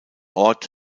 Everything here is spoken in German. ort